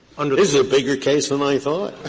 and is a bigger case than i thought.